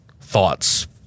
thoughts